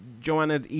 Joanna